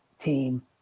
team